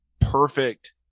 perfect